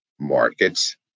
markets